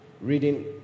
reading